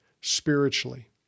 spiritually